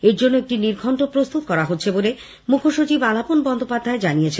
এর জন্য একটি নির্ঘণ্ট প্রস্তুত করা হচ্ছে বলে মুখ্যসচিব আলাপন বন্দ্যোপাধ্যায় জানিয়েছেন